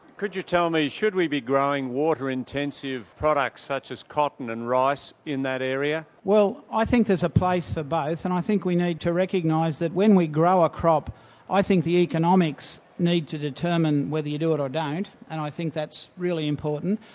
could you tell me should we be growing water-intensive products such as cotton and rice in that area? well i think there's a place for both and i think we need to recognise that when we grow a crop i think the economics need to determine whether you do it or don't and i think that's really important.